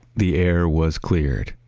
the air was cleared.